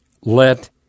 Let